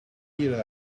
meter